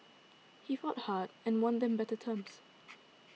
he fought hard and won them better terms